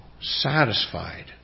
satisfied